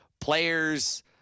players